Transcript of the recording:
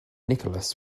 nicholas